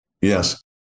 Yes